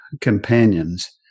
companions